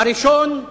הראשון,